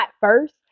first